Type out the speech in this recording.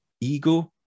ego